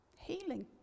healing